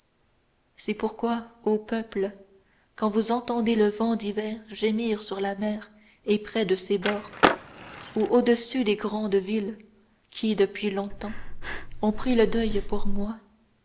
c'est pourquoi ô peuples quand vous entendrez le vent d'hiver gémir sur la mer et près de ses bords ou au-dessus des grandes villes qui depuis longtemps ont pris le deuil pour moi